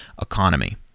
economy